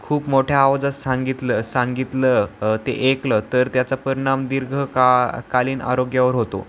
खूप मोठ्या आवाजात सांगितलं सांगितलं ते ऐकलं तर त्याचा परिणाम दीर्घ का कालीन आरोग्यावर होतो